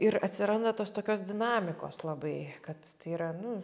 ir atsiranda tos tokios dinamikos labai kad tai yra nu